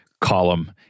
column